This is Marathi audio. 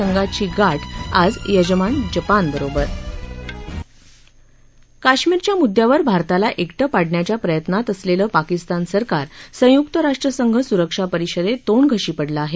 संघाची गाठ आज यजमान जपान बरोबर काश्मीरच्या मुद्द्यावर भारताला एकटं पाडण्याच्या प्रयत्नात असलेलं पाकिस्तान सरकार संयुक्त राष्ट्रसंघ सुरक्षा परिषदेत तोंडघशी पडलं आहे